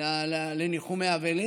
לניחומי אבלים.